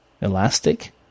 Elastic